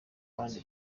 ahandi